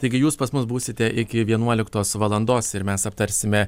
taigi jūs pas mus būsite iki vienuoliktos valandos ir mes aptarsime